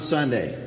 Sunday